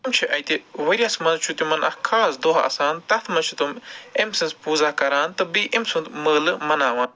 تِم چھِ اَتہِ ؤری یَس منٛز چھُ تِمَن اَکھ خاص دۄہ آسان تَتھ منٛز چھِ تِم أمۍ سٔنٛز پوٗزا کران تہٕ بیٚیہِ أمۍ سُنٛد مٲلہٕ مناوان